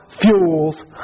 fuels